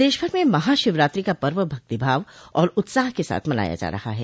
प्रदेशभर में महाशिवरात्रि का पर्व भक्तिभाव और उत्साह के साथ मनाया जा रहा है